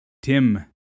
Tim